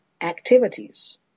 activities